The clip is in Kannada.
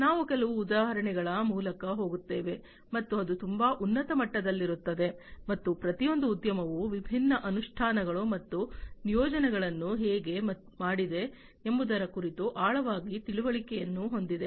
ನಾವು ಕೆಲವು ಉದಾಹರಣೆಗಳ ಮೂಲಕ ಹೋಗುತ್ತೇವೆ ಮತ್ತು ಅದು ತುಂಬಾ ಉನ್ನತ ಮಟ್ಟದಲ್ಲಿರುತ್ತದೆ ಮತ್ತು ಪ್ರತಿಯೊಂದು ಉದ್ಯಮವು ವಿಭಿನ್ನ ಅನುಷ್ಠಾನಗಳು ಮತ್ತು ನಿಯೋಜನೆಗಳನ್ನು ಹೇಗೆ ಮಾಡಿದೆ ಎಂಬುದರ ಕುರಿತು ಆಳವಾದ ತಿಳುವಳಿಕೆಯನ್ನು ಹೊಂದಿದೆ